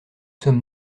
sommes